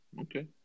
Okay